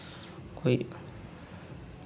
कोई